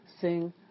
Sing